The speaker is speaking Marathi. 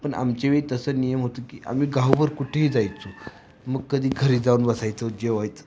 पण आमच्या वेळी तसं नियम होतं की आम्ही गावभर कुठेही जायचो मग कधी घरी जाऊन बसायचो जेवायचं